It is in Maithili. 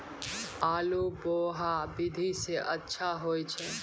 आलु बोहा विधि सै अच्छा होय छै?